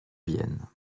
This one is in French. vienne